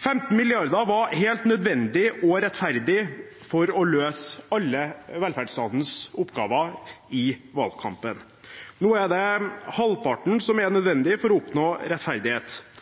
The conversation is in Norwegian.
15 mrd. kr var helt nødvendig og rettferdig for å løse alle velferdsstatens oppgaver i valgkampen. Nå er det halvparten som er nødvendig for å oppnå rettferdighet.